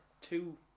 two